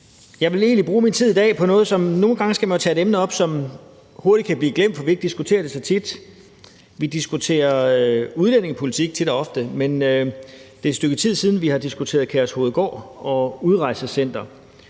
Jeg vil bruge min tid i dag på noget andet. Nogle gange skal man jo tage et emne op, som hurtigt har det med at blive glemt, fordi vi ikke diskuterer det så tit. Vi diskuterer tit og ofte udlændingepolitik, men det er et stykke tid siden, vi har diskuteret Kærshovedgård og udrejsecentre.